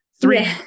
three